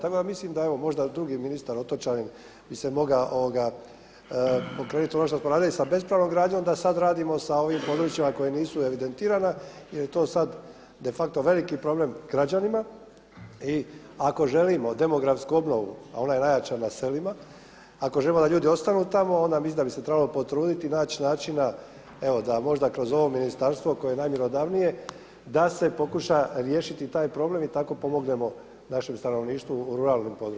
Tako da mislim da evo možda drugi ministar otočanin bi se mogao poreknuti ono što smo radili sa bespravnom građom da sada radimo sa ovim područjima koja nisu evidentirana jer je to sada de facto veliki problem građanima i ako želimo demografsku obnovu a ona najjača na selima, ako želimo da ljudi ostanu tamo onda mislim da bi se trebalo potruditi i naći načina evo da možda kroz ovo ministarstvo koje je najmjerodavnije da se pokuša riješiti taj problem i tako pomognemo našem stanovništvu u ruralnom području.